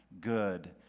good